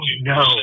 no